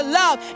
love